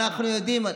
אנחנו יודעים,